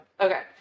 Okay